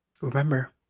Remember